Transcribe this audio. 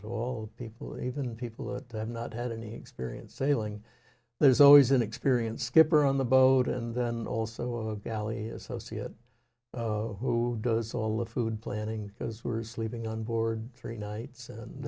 to all people even people that have not had any experience sailing there's always an experience skipper on the boat and then also a galley associate who does all the food planning those were sleeping on board three nights and